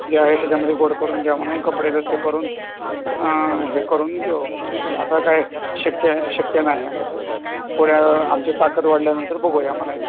जे आहे त्याच्यामध्ये गोड करून घ्या म्हणून कपडेलत्ते करून हे करून देऊ आपलं आता काय शक्य शक्य नाही आहे पुढे आमची ताकद वाढल्यानंतर बघूया म्हणायचं